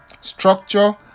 structure